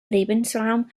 lebensraum